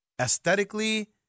Aesthetically